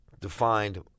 defined